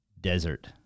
Desert